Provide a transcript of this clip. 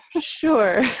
Sure